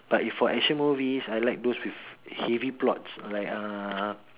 but if for action movies I like those with heavy plots like uh